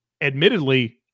admittedly